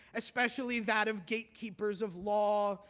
especially that of gatekeepers of law,